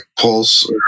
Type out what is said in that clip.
Pulse